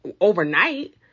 overnight